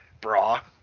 bra